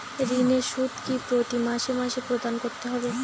ঋণের সুদ কি প্রতি মাসে মাসে প্রদান করতে হবে?